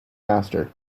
master